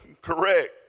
correct